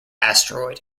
asteroid